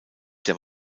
der